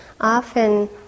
often